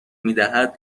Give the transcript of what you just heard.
میدهد